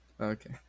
Okay